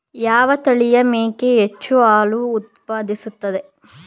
ಯಾವ ತಳಿಯ ಮೇಕೆ ಹೆಚ್ಚು ಹಾಲು ಉತ್ಪಾದಿಸುತ್ತದೆ?